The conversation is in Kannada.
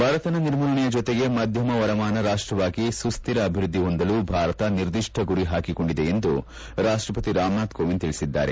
ಬಡತನ ನಿರ್ಮೂಲನೆಯ ಜೊತೆಗೆ ಮಧ್ಯಮ ವರಮಾನ ರಾಷ್ಟವಾಗಿ ಸುಸ್ಥಿರ ಅಭಿವೃದ್ಧಿ ಹೊಂದಲು ಭಾರತ ನಿರ್ದಿಷ್ಟ ಗುರಿ ಪಾಕಿಕೊಂಡಿದೆ ಎಂದು ರಾಷ್ಟಪತಿ ರಾಮನಾಥ್ ಕೋವಿಂದ್ ತಿಳಿಸಿದ್ದಾರೆ